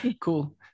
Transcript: cool